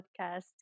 podcast